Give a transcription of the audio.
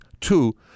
Two